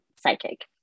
psychic